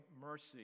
mercy